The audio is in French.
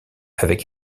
avec